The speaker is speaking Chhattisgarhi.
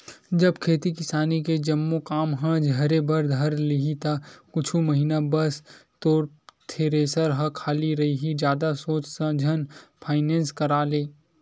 जब खेती किसानी के जम्मो काम ह झरे बर धर लिही ता कुछ महिना बस तोर थेरेसर ह खाली रइही जादा सोच झन फायनेंस करा ले